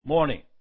Morning